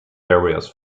various